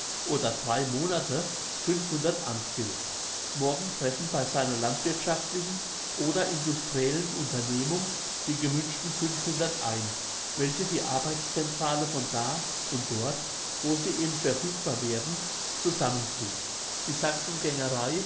oder drei monate fünfhundert unskilleds morgen treffen bei seiner landwirthschaftlichen oder industriellen unternehmung die gewünschten fünfhundert ein welche die arbeitscentrale von da und dort wo sie eben verfügbar werden zusammenzieht die